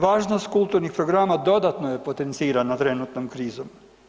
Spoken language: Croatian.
Važnost kulturnih programa dodatno je potencirano trenutnom krizom.